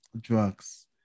drugs